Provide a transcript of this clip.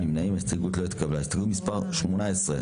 הסתייגות מספר 16: